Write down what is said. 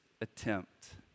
attempt